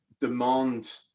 demand